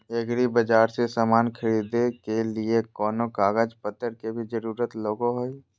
एग्रीबाजार से समान खरीदे के लिए कोनो कागज पतर के भी जरूरत लगो है?